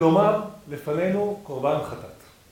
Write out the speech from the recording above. ‫כלומר, לפנינו קורבן חטאת.